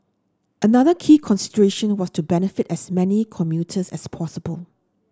another key consideration was to benefit as many commuters as possible